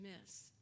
miss